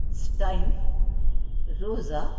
stein rosa